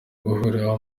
guhurira